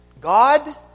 God